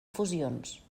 fusions